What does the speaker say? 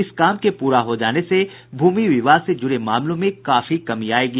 इस काम के पूरा हो जाने से भूमि विवाद से जुड़े मामलों में काफी कमी आयेगी